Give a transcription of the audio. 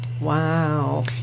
Wow